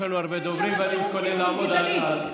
יש לנו הרבה דוברים ואני מתכונן לעמוד על השעה,